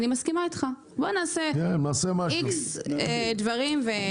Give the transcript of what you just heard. אני מסכימה איתך, נעשה כמה דברים.